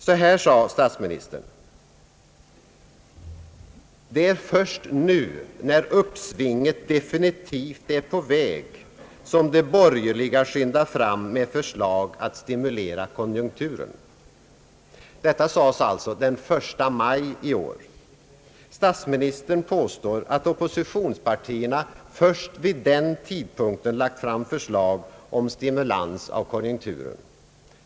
Så här sade statsministern: »Det är först nu när uppsvinget definitivt är på väg som de borgerliga skyndar fram med förslag att stimulera konjunkturen.» Detta sades alltså den 1 maj i år. Statsministern påstår att oppositionspartierna först vid den tidpunkten lagt fram förslag om stimulans av konjunkturen.